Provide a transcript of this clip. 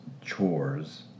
chores